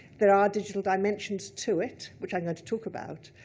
there are digital dimensions to it, which i'm going to talk about.